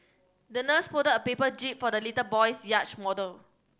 the nurse folded a paper jib for the little boy's yacht model